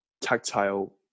tactile